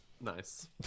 nice